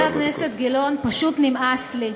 חבר הכנסת גילאון, פשוט נמאס לי.